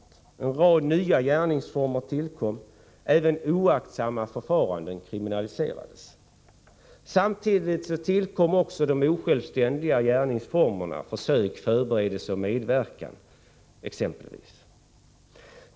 En rad nya gärningsformer tillkom. Även oaktsamma förfaranden kriminaliserades. Samtidigt tillkom också de osjälvständiga gärningsformerna, exempelvis försök, förberedelse och medverkan.